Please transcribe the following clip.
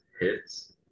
hits